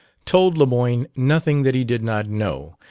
told lemoyne nothing that he did not know,